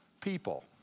people